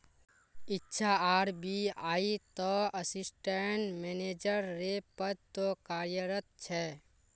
इच्छा आर.बी.आई त assistant manager रे पद तो कार्यरत छे